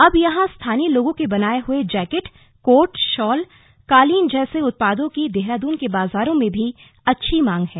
अब यहां स्थानीय लोगों के बनाए हए जैकेट कोट शॉल कालीन जैसे उत्पादों की देहरादून के बाजारों में भी अच्छी मांग है